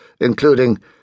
including